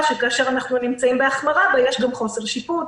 שכאשר אנחנו נמצאים בהחמרה בה יש גם חוסר שיפוט,